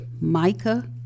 Micah